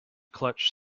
clutch